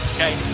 Okay